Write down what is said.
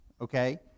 okay